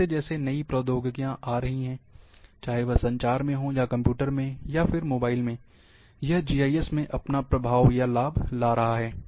जैसे जैसे नई प्रौद्योगिकियां आ रही हैं चाहे वह संचार में हो या कंप्यूटर में या फिर मोबाइल में यह जीआईएस में अपना प्रभाव या लाभ ला रहा है